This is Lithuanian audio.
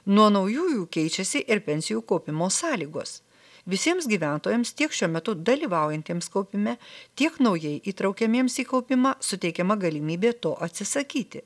nuo naujųjų keičiasi ir pensijų kaupimo sąlygos visiems gyventojams tiek šiuo metu dalyvaujantiems kaupime tiek naujai įtraukiamiems į kaupimą suteikiama galimybė to atsisakyti